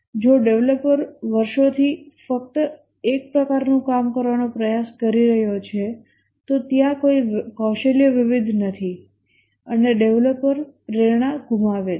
જો ડેવલપર વર્ષોથી ફક્ત એક પ્રકારનું કામ કરવાનો પ્રયાસ કરી રહ્યો છે તો ત્યાં કોઈ કૌશલ્ય વિવિધ નથી અને ડેવલપર પ્રેરણા ગુમાવે છે